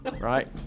Right